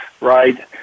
right